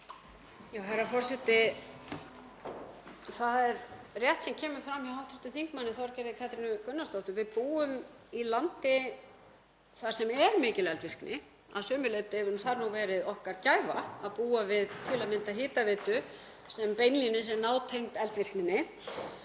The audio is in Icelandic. Herra forseti. Það er rétt sem kemur fram hjá hv. þm. Þorgerði Katrínu Gunnarsdóttur, við búum í landi þar sem er mikil eldvirkni. Að sumu leyti hefur það nú verið okkar gæfa að búa við til að mynda hitaveitu sem beinlínis er nátengd eldvirkni.